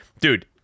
dude